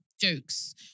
jokes